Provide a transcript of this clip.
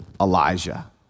Elijah